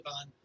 on